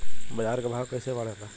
बाजार के भाव कैसे बढ़े ला?